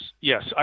yes